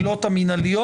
המעבר.